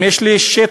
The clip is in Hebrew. אם יש לי שטח,